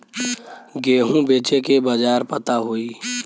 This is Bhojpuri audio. गेहूँ बेचे के बाजार पता होई?